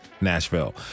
Nashville